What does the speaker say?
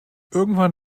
irgendwann